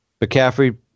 McCaffrey